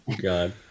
God